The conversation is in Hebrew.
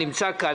נמצא כאן,